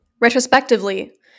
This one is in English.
Retrospectively